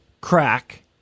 crack